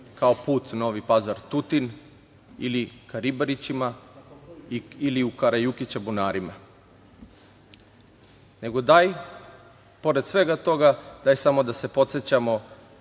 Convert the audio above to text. je put Novi Pazar - Tutin ili ka Ribarićima ili u Karajukića bunarima, nego daj, pored svega toga, samo da se podsećamo